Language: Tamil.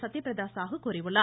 சத்யபிரதாசாகு கூறியுள்ளார்